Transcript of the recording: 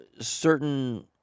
certain